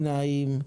0 נמנעים,